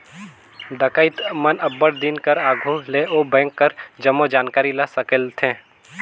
डकइत मन अब्बड़ दिन कर आघु ले ओ बेंक कर जम्मो जानकारी ल संकेलथें